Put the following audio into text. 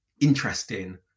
interesting